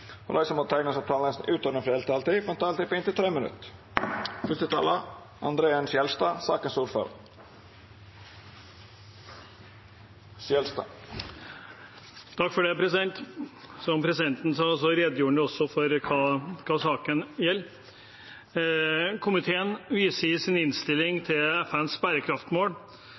og dei som måtte teikna seg på talarlista utover den fordelte taletida, får òg ei taletid på inntil 3 minutt. Presidenten redegjorde for hva saken gjelder. Komiteen viser i sin innstilling til FNs bærekraftsmål, som